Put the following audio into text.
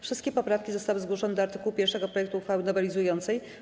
Wszystkie poprawki zostały zgłoszone do art. 1 projektu uchwały nowelizującej.